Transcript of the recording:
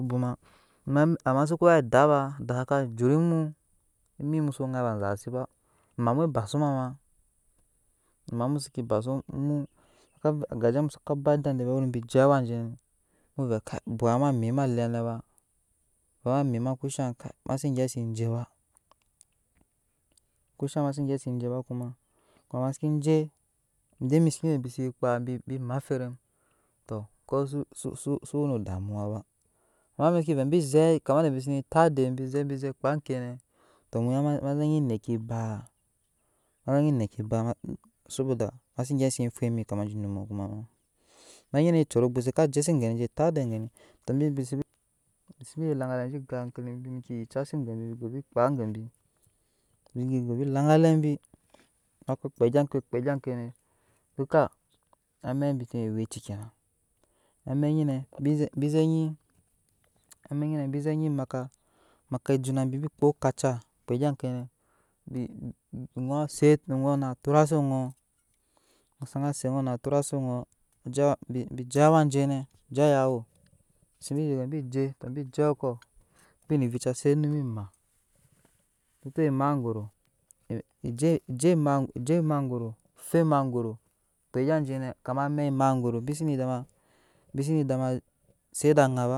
Amma suko we adaba emip mu so ŋai ba zasiba ema muwe ba su mama ema mu seke bazu mu saka vɛɛ je agajemu saka ba edaa vɛɛ bi je aw jene mu vɛɛkai obuwama amip ma elɛkɔ nɛ ba nbiwama mip ma kashan masen gyɛp senje ba kuma ma seke jee bi seke nyi inde b ze kpaa nabi ma ferem tɔ kɔ zusu we no damuwa ba amma bi seke vɛɛ bi zɛɛ kama inde bi ze zɛ taiidet bikpaa eki nɛ to ema zɛɛ nyi neki ebaa ma nyi meki ebana domin ma sen gyep se ŋai emip kama enje lɛkɔ nɔ ba amma anyi sa wene curo ogbuse wa je tatedet geni to bi bisebe ya elaŋgalɛ je gan ankeli bi bike yucase gebi gove kpa a gebi govei laŋgalɛ bi kpaa egyake kpaa egya ke dukka amɛk bi senewe aweci kena amɛk nyine bize bize amɛk nyine bi maka ejuna bibi kpaa okala bi kpaa egya ekenɛ bi oŋɔɔn set no oŋɔɔ na tura se oŋɔ oŋɔ saba se na tura oŋɔɔ bije awa jene ije ayawu tɔ bije bieekɔ bine vica se onum nyima suku we emagbora bije emagboro fu emagboro kpaa egya kene kuma amɛk emagboro bi sene dama set ede anda ba